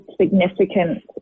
significant